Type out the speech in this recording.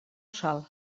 sol